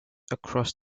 across